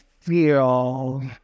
feel